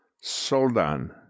Soldan